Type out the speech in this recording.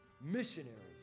missionaries